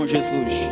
Jesus